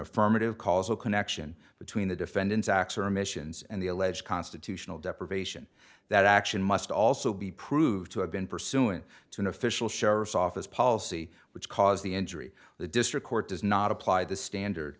affirmative causal connection between the defendant's acts or missions and the alleged constitutional deprivation that action must also be proved to have been pursuing an official sheriff's office policy which caused the injury the district court does not apply the standard